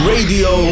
Radio